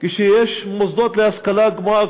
יש מוסדות להשכלה גבוהה,